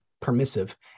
permissive